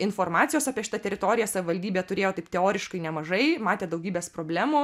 informacijos apie šitą teritoriją savivaldybė turėjo taip teoriškai nemažai matė daugybes problemų